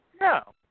No